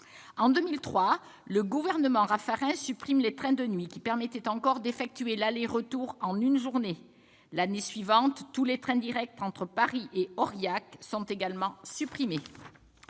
En 2003, le gouvernement Raffarin a supprimé les trains de nuit, qui permettaient encore d'effectuer l'aller-retour en une journée. L'année suivante, tous les trains directs entre Paris et Aurillac ont également été supprimés.